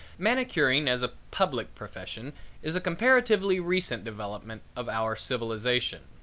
manicuring as a public profession is a comparatively recent development of our civilization.